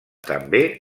també